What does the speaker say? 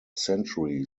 century